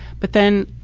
but then,